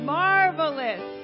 marvelous